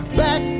back